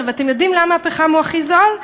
אתם יודעים למה הפחם הכי זול?